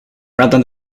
rather